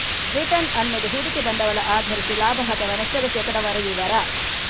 return ಅನ್ನುದು ಹೂಡಿಕೆ ಬಂಡವಾಳ ಆಧರಿಸಿ ಲಾಭ ಅಥವಾ ನಷ್ಟದ ಶೇಕಡಾವಾರು ವಿವರ